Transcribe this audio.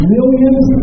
Millions